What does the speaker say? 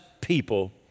people